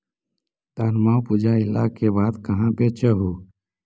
धनमा उपजाईला के बाद कहाँ बेच हू?